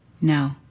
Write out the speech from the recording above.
No